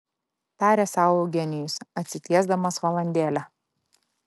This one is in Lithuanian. tarė sau eugenijus atsitiesdamas valandėlę